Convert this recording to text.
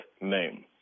name